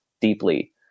deeply